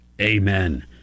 Amen